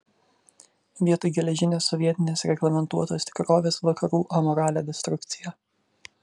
vietoj geležinės sovietinės reglamentuotos tikrovės vakarų amoralią destrukciją